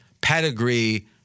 pedigree